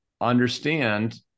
understand